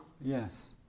Yes